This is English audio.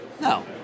No